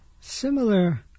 similar